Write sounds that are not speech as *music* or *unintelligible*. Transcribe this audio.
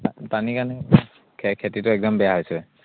*unintelligible* পানী কাৰণে *unintelligible* খেতিটো একদম বেয়া হৈছে